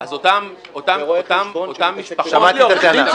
ורואה חשבון שיתעסק --- אז אותן משפחות --- שמעתי את הטענה הזאת.